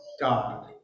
God